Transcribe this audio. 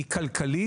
היא כלכלית,